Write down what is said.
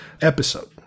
episode